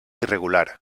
irregular